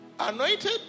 Anointed